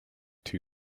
too